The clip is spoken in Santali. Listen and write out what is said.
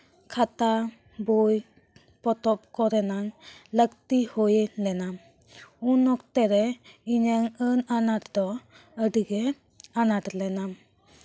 ᱠᱷᱟᱛᱟ ᱵᱳᱭ ᱯᱚᱛᱚᱵᱽ ᱠᱚᱨᱮᱱᱟᱝ ᱞᱟᱹᱠᱛᱤ ᱦᱳᱭ ᱞᱮᱱᱟ ᱩᱱ ᱚᱠᱛᱮᱨᱮ ᱤᱧᱟᱹᱜ ᱟᱹᱱ ᱟᱱᱟᱴ ᱫᱚ ᱟᱹᱰᱤᱜᱮ ᱟᱱᱟᱴ ᱞᱮᱱᱟ